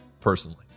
personally